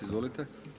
Izvolite.